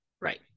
Right